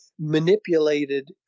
manipulated